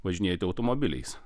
važinėti automobiliais